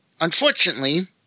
unfortunately